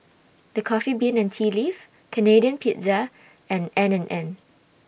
The Coffee Bean and Tea Leaf Canadian Pizza and N and N